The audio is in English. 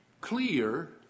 clear